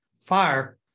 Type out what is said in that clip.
fire